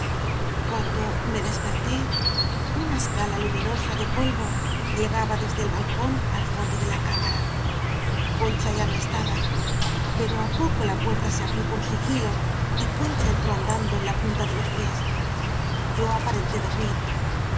cuando me desperté una escala lu minosa de polvo llegaba desde el balcón al fondo de la cámara concha ya no estaba pero á poco la puerta se abrió con sigilo y concha entró andando en la punta de los pies yo aparenté dormir